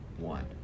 one